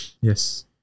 Yes